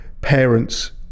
parents